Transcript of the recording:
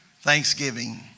Thanksgiving